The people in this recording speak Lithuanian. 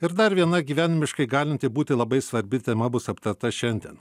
ir dar viena gyvenimiškai galinti būti labai svarbi tema bus aptarta šiandien